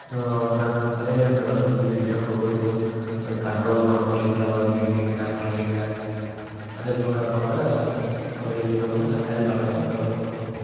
ಸಣದ್ ಅದೆ ಹೇಳದ್ನಲ್ಲ ಸಂಜೆ ಟ್ಯೂಷನ್ ಹುಡುಗುರಿಗ್ನು ಅವ್ರಿಗ ಕಂಟ್ರೋಲ್ ಮಾಡ್ಕೊಲಿಕ್ಕ ಅವ್ರಿಗ ಇಡ್ಲಿಕ್ಕೆ ಮಾಡ್ಲಿಕ್ಕೆ ಅದಕ್ಕೆ ಅಂದ್ರ ಒಂದು ರೀತಿ ನಮಗೆ ಹೆಲ್ಪ್ ಆಗದ ಅಂತ ಹೇಳ್ಬೋದು